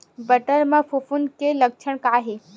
बटर म फफूंद के लक्षण का हे?